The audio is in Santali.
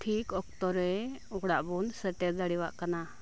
ᱴᱷᱤᱠ ᱚᱠᱛᱚ ᱨᱮ ᱚᱲᱟᱜ ᱵᱚᱱ ᱥᱮᱴᱮᱨ ᱫᱟᱲᱮᱭᱟᱜ ᱠᱟᱱᱟ